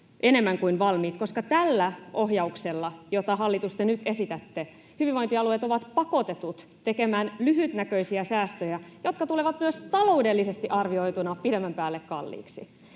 enemmän kuin valmiit, koska tällä ohjauksella, jota, hallitus, te nyt esitätte, hyvinvointialueet ovat pakotetut tekemään lyhytnäköisiä säästöjä, jotka tulevat myös taloudellisesti arvioituna pidemmän päälle kalliiksi.